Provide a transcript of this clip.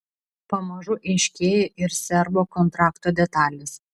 pamažu aiškėja ir serbo kontrakto detalės